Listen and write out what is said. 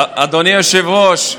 אדוני היושב-ראש,